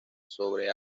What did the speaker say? sobre